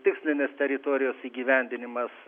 tikslinis teritorijos įgyvendinimas